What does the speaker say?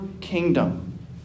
kingdom